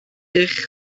eich